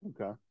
Okay